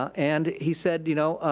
and he said, you know,